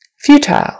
Futile